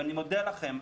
ואני מודה לכם,